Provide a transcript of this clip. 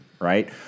right